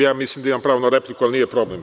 Ja mislim da imam pravo na repliku, ali nije problem.